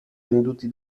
venduti